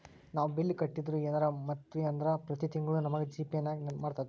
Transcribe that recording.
ನಾವು ಬಿಲ್ ಕಟ್ಟಿದ್ದು ಯೆನರ ಮರ್ತ್ವಿ ಅಂದ್ರ ಪ್ರತಿ ತಿಂಗ್ಳು ನಮಗ ಜಿ.ಪೇ ನೆನ್ಪ್ಮಾಡ್ತದ